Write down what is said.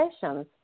sessions